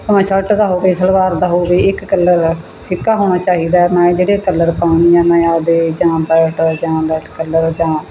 ਭਾਵੇਂ ਸ਼ਰਟ ਦਾ ਹੋਵੇ ਸਲਵਾਰ ਦਾ ਹੋਵੇ ਇੱਕ ਕਲਰ ਫਿੱਕਾ ਹੋਣਾ ਚਾਹੀਦਾ ਮੈਂ ਜਿਹੜੇ ਕਲਰ ਪਾਉਂਦੀ ਹਾਂ ਮੈਂ ਆਪਦੇ ਜਾਂ ਪੈਰਟ ਜਾਂ ਰੈਡ ਕਲਰ ਜਾਂ